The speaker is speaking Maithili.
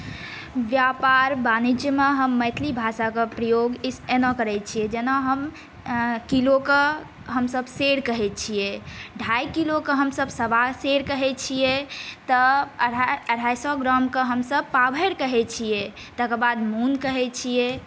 व्यापार वाणिज्यमे हम मैथिली भाषाके प्रयोग एना करै छियै जेना किलोके हमसभ सेर कहै छी ढ़ाई किलोके हमसभ सवा सेर कहै छियै तऽ अढ़ाई सए ग्रामके हमसभ पाभरि कहै छियै तकर बाद मन कहै छियै